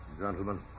gentlemen